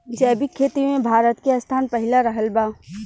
जैविक खेती मे भारत के स्थान पहिला रहल बा